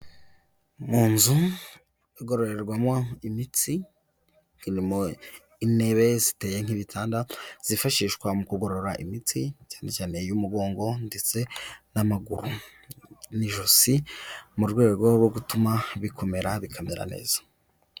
Mu nzu igororerwamo imitsi, irimo intebe ziteye nk'ibitanda zifashishwa mu kugorora imitsi cyane cyane y'umugongo ndetse n'amaguru. N'ijosi mu rwego rwo gutuma bikomera bikamera neza.